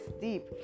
deep